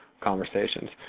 conversations